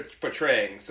portraying